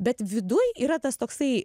bet viduj yra tas toksai